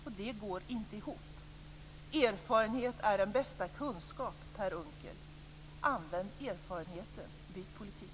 Det här går inte ihop. Erfarenhet är den bästa kunskapen, Per Unckel! Använd erfarenheten - byt politik!